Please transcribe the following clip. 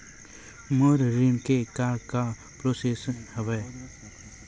मोर ऋण के का का प्रोसेस हवय?